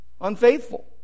unfaithful